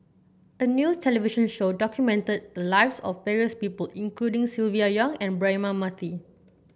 a new television show documented the lives of various people including Silvia Yong and Braema Mathi